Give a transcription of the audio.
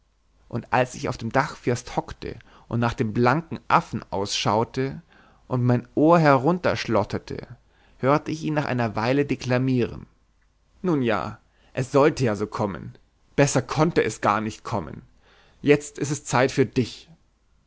und als ich auf dem dachfirst hockte und nach dem blanken affen ausschaute und mein ohr herunterschlotterte hörte ich ihn nach einer weile deklamieren nun ja so sollte es ja kommen besser konnte es garnicht kommen jetzt ist es zeit für dich